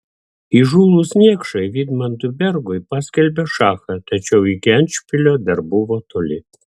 įžūlūs niekšai vidmantui bergui paskelbė šachą tačiau iki endšpilio dar buvo toli